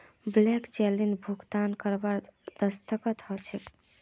blank चेकत भुगतानकर्तार दस्तख्त ह छेक